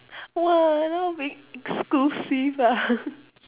!wah! now I'll be exclusive ah